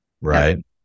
right